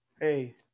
hey